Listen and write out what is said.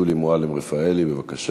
חברת הכנסת שולי מועלם-רפאלי, בבקשה.